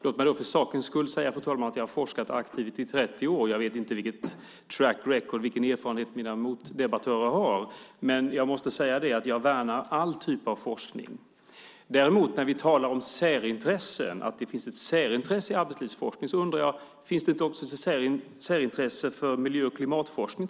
Låt mig då för sakens skull, fru talman, säga att jag har forskat aktivt i 30 år, och jag vet inte vilket track record , vilken erfarenhet, mina motdebattörer har. Men jag måste säga att jag värnar all typ av forskning. När vi däremot talar om särintressen, att det finns ett särintresse i arbetslivsforskningen, undrar jag: Finns det inte också ett särintresse för till exempel miljö och klimatforskning?